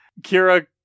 Kira